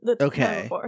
Okay